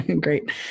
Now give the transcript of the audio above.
Great